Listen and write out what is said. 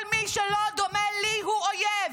כל מי שלא דומה לי הוא אויב,